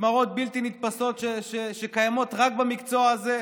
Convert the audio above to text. משמרות בלתי נתפסות, שקיימות רק במקצוע הזה,